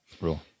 rule